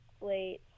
late